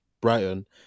brighton